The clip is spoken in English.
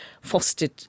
fostered